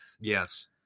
Yes